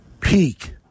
peak